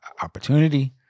opportunity